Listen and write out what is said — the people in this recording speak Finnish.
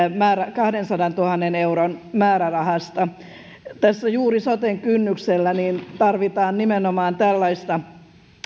kahdensadantuhannen euron määrärahasta tässä juuri soten kynnyksellä tarvitaan nimenomaan tällaista